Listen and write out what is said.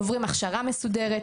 עוברים הכשרה מסודרת,